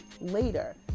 later